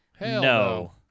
No